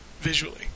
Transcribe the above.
Visually